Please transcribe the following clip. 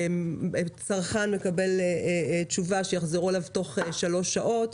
צרכן מקבל תשובה שיחזרו אליו תוך שלוש שעות,